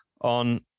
on